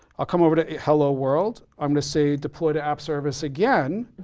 i'll come over to hello world. i'm gonna say deploy to app service again.